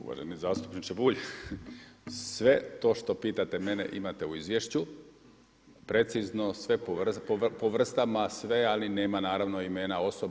Uvaženi zastupniče Bulj, sve to što pitate mene imate u izvješću precizno sve po vrstama sve, ali nema naravno imena osoba.